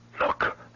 Look